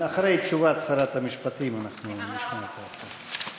אחרי תשובת שרת המשפטים אנחנו נשמע את ההצעה.